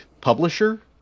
publisher